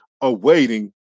awaiting